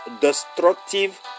destructive